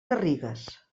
garrigues